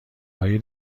های